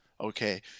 Okay